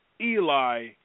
Eli